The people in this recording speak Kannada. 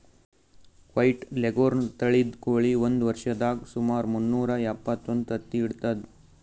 ವೈಟ್ ಲೆಘೋರ್ನ್ ತಳಿದ್ ಕೋಳಿ ಒಂದ್ ವರ್ಷದಾಗ್ ಸುಮಾರ್ ಮುನ್ನೂರಾ ಎಪ್ಪತ್ತೊಂದು ತತ್ತಿ ಇಡ್ತದ್